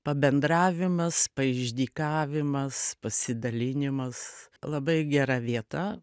pabendravimas paišdykavimas pasidalinimas labai gera vieta